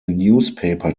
newspaper